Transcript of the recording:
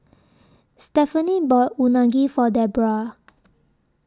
Stephaine bought Unagi For Debroah